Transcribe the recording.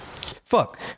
fuck